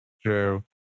True